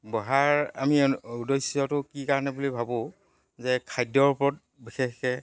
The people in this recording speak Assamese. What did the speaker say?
বঢ়াৰ আমি উদ্দেশ্যটো কি কাৰণে বুলি ভাবোঁ যে খাদ্যৰ ওপৰত বিশেষকৈ